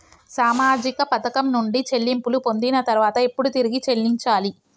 సామాజిక పథకం నుండి చెల్లింపులు పొందిన తర్వాత ఎప్పుడు తిరిగి చెల్లించాలి?